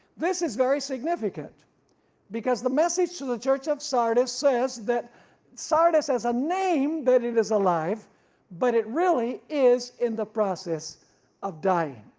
this is very significant because the message to the church of sardis says that sardis has a name that it is alive but it really is in the process of dying.